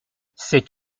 c’est